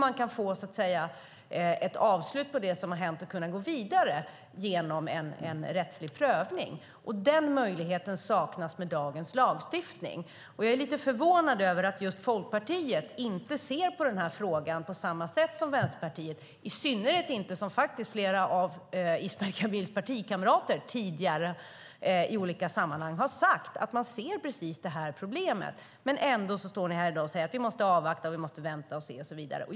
Man kan då få ett avslut på det som har hänt och gå vidare genom en rättslig prövning. Den möjligheten saknas med dagens lagstiftning. Jag är lite förvånad över att just Folkpartiet inte ser på den här frågan på samma sätt som Vänsterpartiet, i synnerhet då flera av Ismail Kamils partikamrater tidigare i olika sammanhang har sagt att man ser precis det här problemet. Ändå står ni här i dag och säger att vi måste avvakta, vänta och se och så vidare.